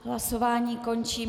Hlasování končím.